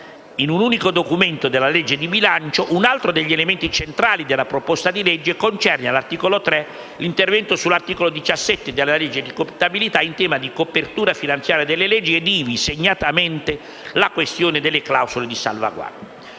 in un unico documento della legge di bilancio, un altro degli elementi centrali della proposta di legge concerne, all'articolo 3, l'intervento sull'articolo 17 della legge di contabilità in tema di copertura finanziaria delle leggi e ivi, segnatamente, la questione delle clausole di salvaguardia.